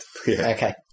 Okay